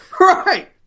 Right